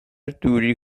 دوری